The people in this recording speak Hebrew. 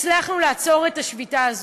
הצלחנו לעצור את השביתה הזאת.